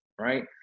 right